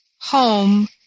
Home